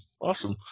Awesome